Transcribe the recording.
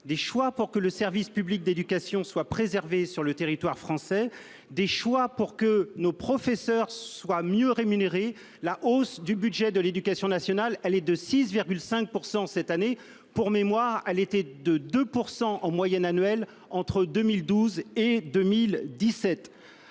des choix, pour que le service public d'éducation soit préservé sur le territoire français et pour que nos professeurs soient mieux rémunérés. En effet, la hausse du budget de l'éducation nationale est de 6,5 % cette année ; pour mémoire, elle était de 2 % en moyenne annuelle entre 2012 et 2017.